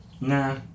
Nah